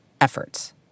efforts